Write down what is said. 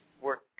work